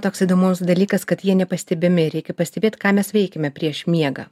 toks įdomus dalykas kad jie nepastebimi reikia pastebėt ką mes veikiame prieš miegą